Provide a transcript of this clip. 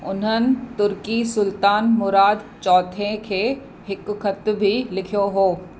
उन्हनि तुर्की सुल्तानु मुराद चौथें खे हिकु ख़तु ई लिखियो हुओ